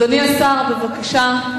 אדוני השר, בבקשה.